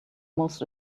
most